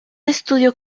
estudio